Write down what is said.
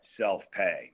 self-pay